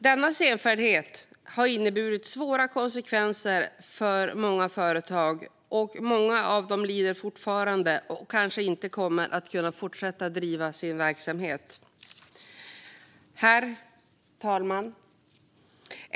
Denna senfärdighet har inneburit svåra konsekvenser för många företag, och många av dem lider fortfarande och kommer kanske inte att kunna fortsätta driva sin verksamhet. Herr talman!